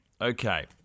Okay